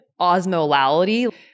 osmolality